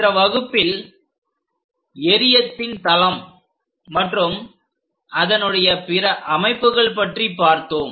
சென்ற வகுப்பில் எறியத்தின் தளம் மற்றும் அதனுடைய பிற அமைப்புகள் பற்றி பார்த்தோம்